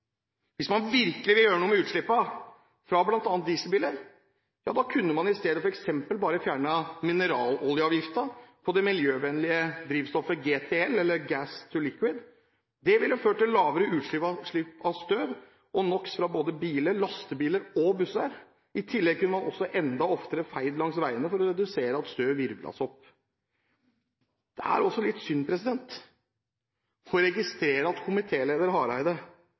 Hvis man virkelig vil gjøre noe med utslippene fra bl.a. dieselbiler, kunne man i stedet f.eks. bare fjernet mineraloljeavgiften på det miljøvennlige drivstoffet GTL, Gas-to-Liquid. Det ville ført til lavere utslipp av støv og NOx fra både biler, lastebiler og busser. I tillegg kunne man også enda oftere feie langs veiene for å redusere støv som virvles opp. Det er også litt synd å registrere at komitéleder Hareide